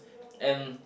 and